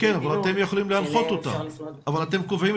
שאליהם אפשר לפנות.